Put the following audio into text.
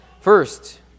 First